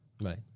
Right